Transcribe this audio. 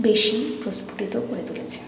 বেশি প্রস্ফুটিত করে তুলেছে